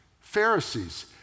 Pharisees